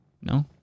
No